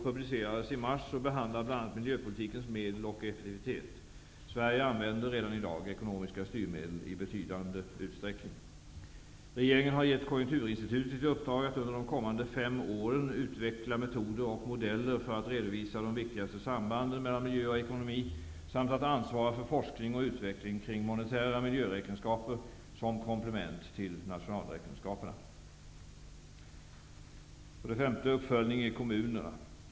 publicerades i mars och behandlade bl.a. miljöpolitikens medel och effektivitet. Sverige använder redan i dag ekonomiska styrmedel i betydande utsträckning. Regeringen har gett Konjunkturinstitutet i uppdrag att under de kommande fem åren utveckla metoder och modeller för att redovisa de viktigaste sambanden mellan miljö och ekonomi samt att ansvara för forskning och utveckling kring monetära miljöräkenskaper som komplement till nationalräkenskaperna. För det femte: Uppföljning i kommuner.